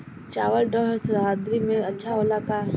चावल ठंढ सह्याद्री में अच्छा होला का?